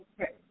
okay